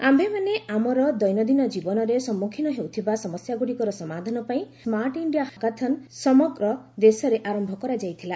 ଆୟେମାନେ ଆମର ଦୈନନ୍ଦିନ ଜୀବନରେ ସମ୍ମଖୀନ ହେଉଥିବା ସମସ୍ୟାଗୁଡ଼ିକର ସମାଧାନ ପାଇଁ ସ୍କାର୍ଟ୍ ଇଣ୍ଡିଆ ହାକାଥନ୍ ସମଗ୍ର ଦେଶରେ ଆରମ୍ଭ କରାଯାଇଥିଲା